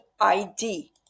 id